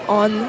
on